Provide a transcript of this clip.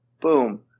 Boom